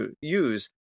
use